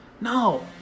No